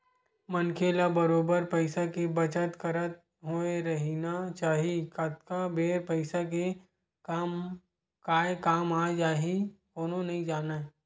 मनखे ल बरोबर पइसा के बचत करत होय रहिना चाही कतका बेर पइसा के काय काम आ जाही कोनो नइ जानय